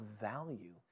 value